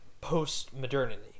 post-modernity